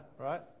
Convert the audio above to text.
right